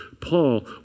Paul